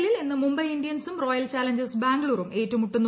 എല്ലിൽ ഇന്ന് മുംബൈ ഇന്ത്യൻസും റോയൽ ചലഞ്ചേഴ്സ് ബാംഗ്ലൂരും ഏറ്റുമുട്ടുന്നു